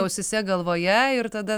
ausyse galvoje ir tada